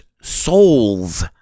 souls